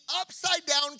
upside-down